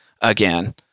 again